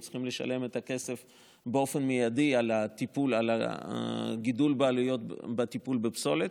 הן צריכות לשלם את הכסף באופן מיידי על הגידול בעלויות הטיפול בפסולת,